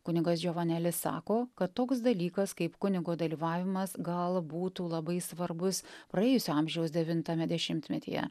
kunigas džiovanelis sako kad toks dalykas kaip kunigo dalyvavimas gal būtų labai svarbus praėjusio amžiaus devintame dešimtmetyje